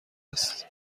است